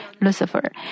Lucifer